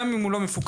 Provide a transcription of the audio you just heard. גם אם הוא לא מפוקח.